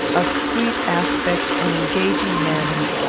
of sweet aspect and engaging manners,